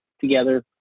together